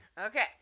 okay